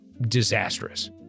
disastrous